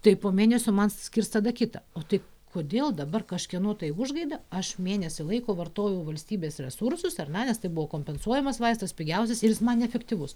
tai po mėnesio man skirs tada kitą o tai kodėl dabar kažkieno tai užgaida aš mėnesį laiko vartojau valstybės resursus ar ne nes tai buvo kompensuojamas vaistas pigiausias ir jis man neefektyvus